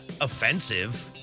offensive